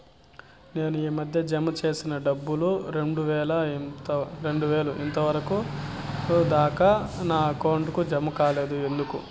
నేను ఈ మధ్య జామ సేసిన డబ్బులు రెండు వేలు ఇంతవరకు దాకా నా అకౌంట్ కు జామ కాలేదు ఎందుకు?